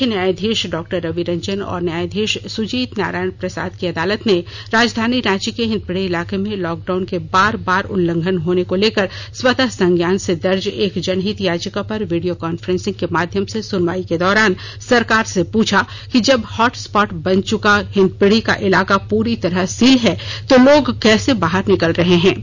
मुख्य न्यायधीश डॉक्टर रवि रंजन और न्यायधीश सुजीत नारायण प्रसाद की अदालत ने राजधानी रांची के हिंदपीढ़ी इलाके में लॉकडाउन के बार बार उल्लंघन होने को लेकर स्वतः संज्ञान से दर्ज एक जनहित याचिका पर वीडियो कांफ्रेंसिंग के माध्यम से सुनवाई के दौरान सरकार से पूछा कि जब हॉटस्पॉट बन चुका हिंदपीढ़ी का इलाका पूरी तरह सील है तो लोग कैसे बाहर निकल रहे हैं